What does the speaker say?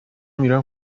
میرم